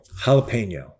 Jalapeno